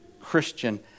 Christian